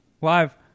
Live